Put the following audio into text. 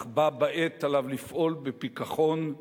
אך בה בעת עליו לפעול בפיקחון,